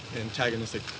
antagonistic